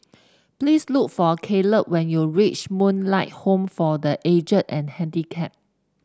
please look for Caleb when you reach Moonlight Home for The Aged and Handicapped